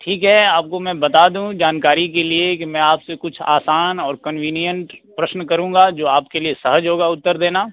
ठीक है आपको मैं बता दूँ जानकारी के लिए कि मैं आप से कुछ आसान और कन्विनियंट प्रश्न करूँगा जो आपके लिए सहज होगा उत्तर देना